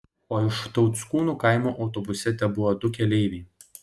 o iš tauckūnų kaimo autobuse tebuvo du keleiviai